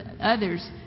others